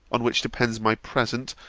on which depends my present,